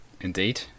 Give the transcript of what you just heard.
Indeed